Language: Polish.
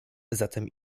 zatem